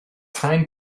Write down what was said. hind